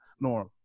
norm